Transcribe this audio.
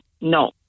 no